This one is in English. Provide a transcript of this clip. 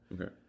Okay